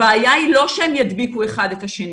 הבעיה היא לא שהם ידביקו אחד את השני,